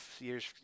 years